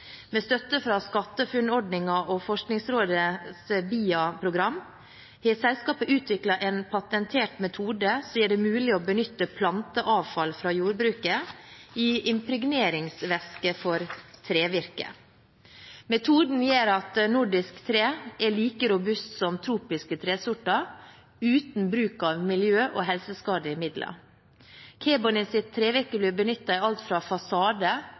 Med støtte fra SkatteFUNN-ordningen og Forskningsrådets BIA-program har selskapet utviklet en patentert metode som gjør det mulig å benytte planteavfall fra jordbruket i impregneringsvæske for trevirke. Metoden gjør at nordisk tre er like robust som tropiske tresorter, uten bruk av miljø- og helseskadelige midler. Kebonys trevirke blir benyttet i alt fra